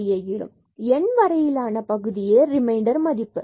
n வரையிலான பகுதியே reminder மதிப்பு ஆகும்